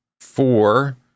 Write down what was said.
Four